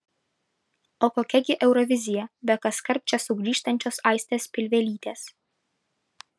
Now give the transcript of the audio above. o kokia gi eurovizija be kaskart čia sugrįžtančios aistės pilvelytės